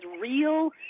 real